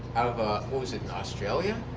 what was it, in australia?